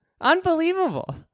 Unbelievable